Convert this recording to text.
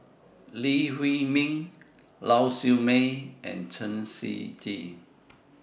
Lee Huei Min Lau Siew Mei and Chen Shiji